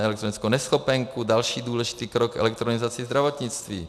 Zavedeme elektronickou neschopenku, další důležitý krok k elektronizaci zdravotnictví.